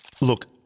Look